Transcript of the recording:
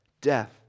death